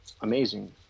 amazing